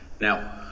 Now